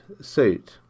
suit